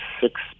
six